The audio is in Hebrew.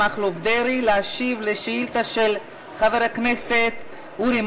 דרעי להשיב על שאילתה של חבר הכנסת אורי